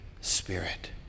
Spirit